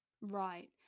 Right